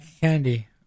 candy